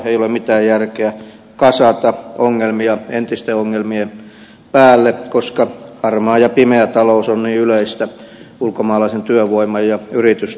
ei ole mitään järkeä kasata ongelmia entisten ongelmien päälle koska harmaa ja pimeä talous on niin yleistä ulkomaalaisen työvoiman ja yritysten osalta